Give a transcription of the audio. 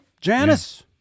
Janice